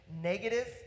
negative